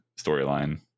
storyline